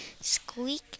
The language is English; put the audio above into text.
Squeak